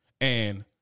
and-